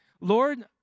Lord